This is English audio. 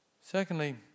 Secondly